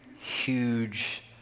huge